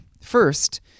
First